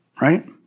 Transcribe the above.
Right